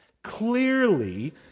Clearly